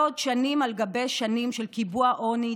לא עוד שנים על גבי שנים של קיבוע עוני,